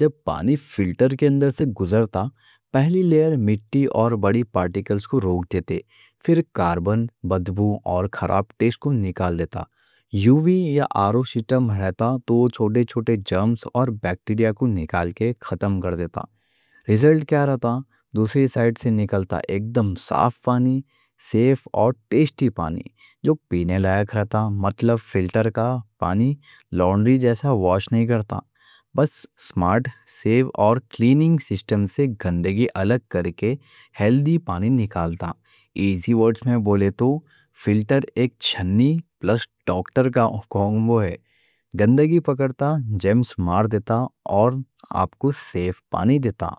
جب پانی فلٹر کے اندر سے گزرتا پہلی لیئر مٹی اور بڑے پارٹیکلز کو روک دیتی، پھر کاربن بدبو اور خراب ٹیسٹ کو نکال دیتا یووی یا آر او سسٹم رہتا تو وہ چھوٹے چھوٹے جرنز اور بیکٹیریا کو نکال کے ختم کر دیتا ریزلٹ کیا رہتا، دوسری سائیڈ سے نکلتا ایک دم صاف پانی، سیف اور ٹیسٹی پانی جو پینے لائق رہتا مطلب فلٹر کا پانی لانڈری جیسا واش نہیں کرتا، بس سمارٹ، سیف اور کلیننگ سسٹم سے گندگی الگ کر کے ہیلدی پانی نکالتا ایزی ورڈ میں بولے تو فلٹر ایک چھننی پلس ڈاکٹر کا کومبو ہے، گندگی پکڑتا، جرنز مار دیتا اور آپ کو سیف پانی دیتا